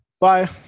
Bye